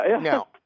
Now